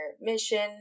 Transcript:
mission